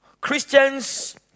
Christians